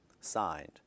signed